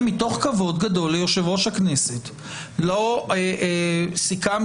כבוד גדול ליושב-ראש ועדת הכנסת סיכמתי